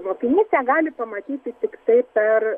mokinys ją gali pamatyti tiktai per